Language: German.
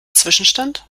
zwischenstand